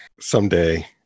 Someday